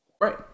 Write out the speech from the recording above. right